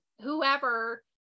whoever